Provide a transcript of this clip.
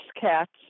cats